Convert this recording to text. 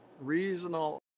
reasonable